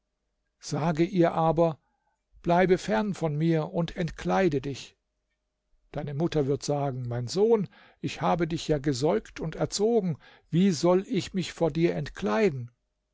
sage ihr aber bleibe fern von mir und entkleide dich deine mutter wird sagen mein sohn ich habe dich ja gesäugt und erzogen wie soll ich mich vor dir entkleiden